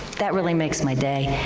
that really makes my day.